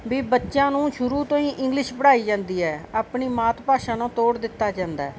ਵੀ ਬੱਚਿਆਂ ਨੂੰ ਸ਼ੁਰੂ ਤੋਂ ਹੀ ਇੰਗਲਿਸ਼ ਪੜ੍ਹਾਈ ਜਾਂਦੀ ਹੈ ਆਪਣੀ ਮਾਤ ਭਾਸ਼ਾ ਨੂੰ ਤੋੜ ਦਿੱਤਾ ਜਾਂਦਾ ਹੈ